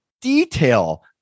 detail